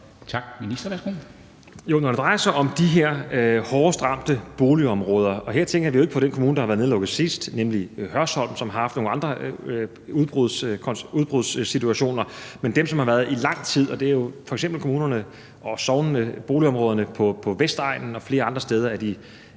det drejer sig om de her hårdest ramte boligområder – og her tænker vi jo ikke på den kommune, der har været nedlukket sidst, nemlig Hørsholm, som har haft nogle andre udbrudssituationer, men dem, som har været ramt i lang tid. Det er f.eks. kommunerne og sognene og boligområderne på Vestegnen og flere andre steder